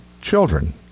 children